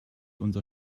unser